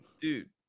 Dude